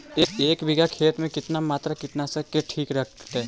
एक बीघा खेत में कितना मात्रा कीटनाशक के ठिक रहतय?